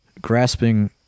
grasping